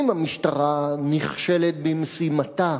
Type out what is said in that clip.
אם המשטרה נכשלת במשימתה